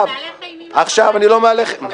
אתה מהלך אימים --- אני לא מהלך אימים.